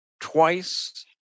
twice